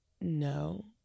no